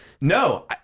No